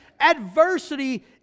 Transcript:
Adversity